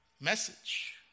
message